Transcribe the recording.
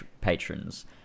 patrons